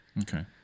Okay